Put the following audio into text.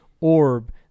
orb